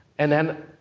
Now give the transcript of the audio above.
and then,